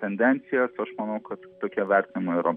tendencijas aš manau kad tokie vertinimai yra